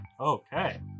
Okay